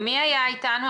מי היה איתנו?